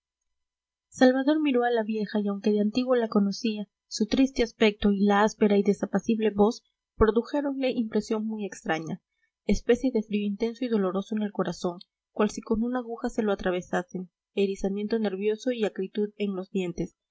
salvador miró a la vieja y aunque de antiguo la conocía su triste aspecto y la áspera y desapacible voz produjéronle impresión muy extraña especie de frío intenso y doloroso en el corazón cual si con una aguja se lo atravesasen erizamiento nervioso y acritud en los dientes